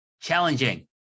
Challenging